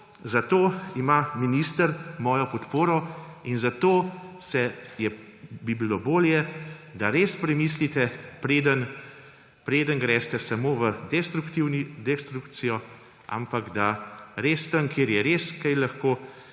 Zato ima minister mojo podporo in zato bi bilo bolje, da res premislite, preden greste samo v destrukcijo, ampak da res tam, kjer je res kaj lahko